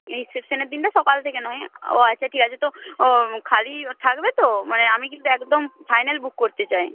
রিসেপশানের দিনটা সকাল থেকে নয় ও আচ্ছা ঠিক আছে তো খালি থাকবে তো মানে আমি কিন্তু একদম ফাইনাল বুক করতে চাই